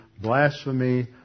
blasphemy